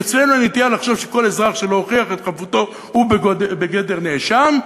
כי אצלנו הנטייה לחשוב שכל אזרח שלא הוכיח את חפותו הוא בגדר נאשם,